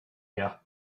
here